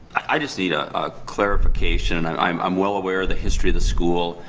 i just need a ah clarification. and i'm i'm well aware of the history of the school.